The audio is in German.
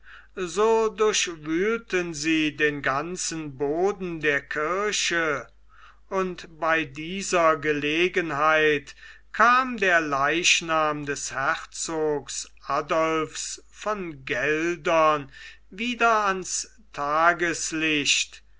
so durchwühlten sie den ganzen boden der kirche und bei dieser gelegenheit kam der leichnam des herzogs adolph von geldern wieder ans tageslicht